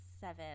seven